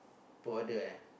border eh